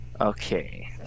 Okay